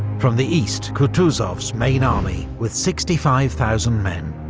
from the east, kutuzov's main army, with sixty five thousand men.